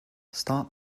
start